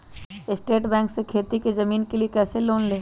State bank से खेती की जमीन के लिए कैसे लोन ले?